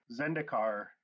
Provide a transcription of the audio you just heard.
Zendikar